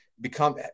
become